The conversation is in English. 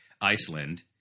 Iceland